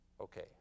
Okay